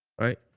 right